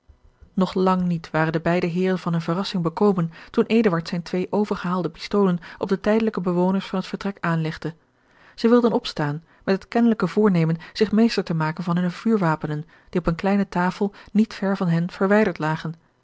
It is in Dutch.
nog lang niet waren de beide heeren van hunne verrassing bekomen toen eduard zijne twee overgehaalde pistolen op de tijdelijke bewoners van het vertrek aanlegde zij wilden opstaan met het kennelijke voornemen zich meester te maken van hunne vuurwapenen die op een kleine tafel niet ver van hen verwijderd lagen